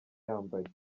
yambaye